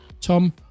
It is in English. Tom